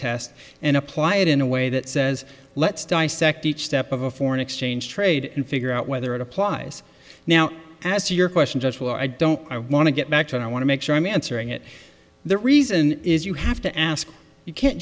test and apply it in a way that says let's dissect each step of a foreign exchange trade and figure out whether it applies now as to your question just well i don't i want to get back to it i want to make sure i'm answering it the reason is you have to ask you can't